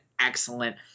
excellent